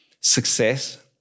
success